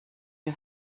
you